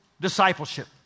discipleship